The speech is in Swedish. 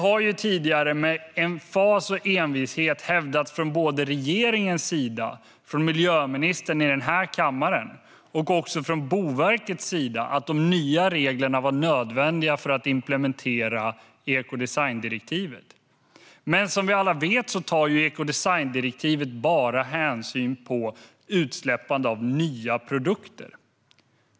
Både Boverket och regeringen har tidigare, genom miljöministern i den här kammaren, med emfas och envishet, hävdat att de nya reglerna var nödvändiga för att implementera ekodesigndirektivet. Som vi alla vet gäller ekodesigndirektivet bara nya produkter.